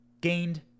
gained